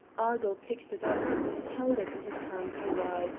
argyll picked it up and held it in his hand a while,